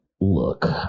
Look